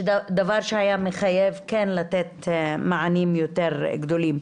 דבר שהיה מחייב כן לתת מענים יותר גדולים.